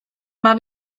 mam